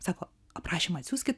sako aprašymą atsiųskit